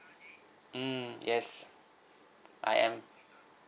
mm yes I am